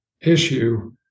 issue